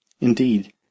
Indeed